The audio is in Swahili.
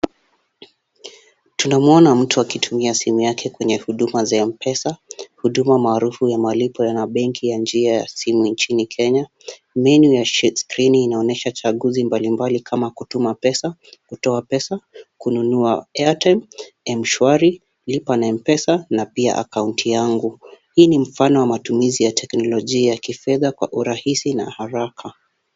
Tunamuona mtu akitumia simu yake kwenye huduma za M-Pesa, huduma maarufu ya malipo ya benki ya njia ya simu nchini Kenya, menyu ya skrini inaonyesha chaguzi mbalimbali kama kutuma pesa, kutoa pesa, kununua. Airtime , mswari, lipa na M-Pesa, na pia akaunti yangu. Hii ni mfano wa matumizi ya teknolojia ya kifedha kwa urahisi na haraka.